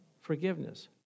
forgiveness